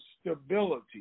stability